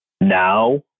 now